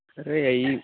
ارے یہی